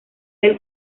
del